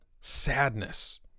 sadness